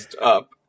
up